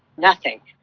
nothing.